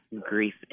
Grief